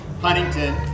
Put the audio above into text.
Huntington